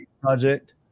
project